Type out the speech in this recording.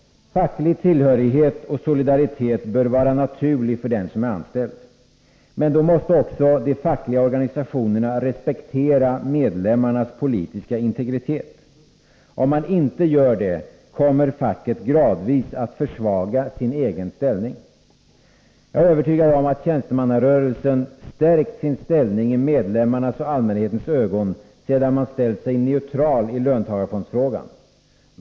Facklig tillhörighet och solidaritet bör vara naturligt för den som är anställd. Men då måste också de fackliga organisationerna respektera medlemmarnas politiska integritet. Om man inte gör det kommer facket gradvis att försvaga sin egen ställning. Jag är övertygad om att tjänstemannarörelsen stärkt sin ställning i medlemmarnas och allmänhetens ögon sedan man ställt sig neutral i löntagarfondsfrågan.